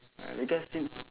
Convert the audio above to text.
uh because